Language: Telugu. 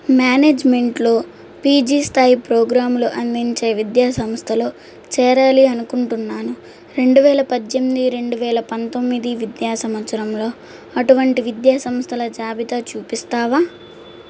మేనేజ్మెంట్లో పీజీ స్థాయి ప్రోగ్రాంలు అందించే విద్యా సంస్థలో చేరాలి అనుకుంటున్నాను రెండు వేల పద్దెనిమిది రెండువేల పంతొమ్మిది విద్యా సంవత్సరంలో అటువంటి విద్యా సంస్థల జాబితా చూపిస్తావా